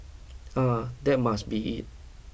ah that must be it